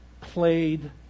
played